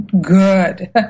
good